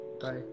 Bye